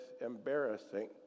embarrassing